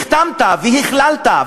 הכתמת והכללת,